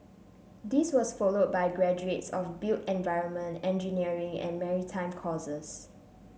this was followed by graduates of built environment engineering and maritime courses